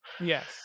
yes